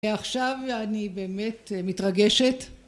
עכשיו אני באמת מתרגשת